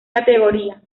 categoría